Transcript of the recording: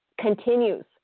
continues